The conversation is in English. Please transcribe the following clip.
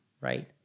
right